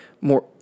more